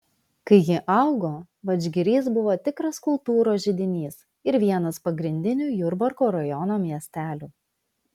kai ji augo vadžgirys buvo tikras kultūros židinys ir vienas pagrindinių jurbarko rajono miestelių